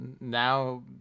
now